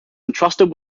entrusted